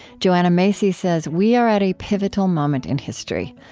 joanna macy says we are at a pivotal moment in history,